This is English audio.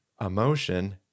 emotion